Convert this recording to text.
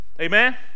Amen